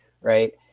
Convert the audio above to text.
right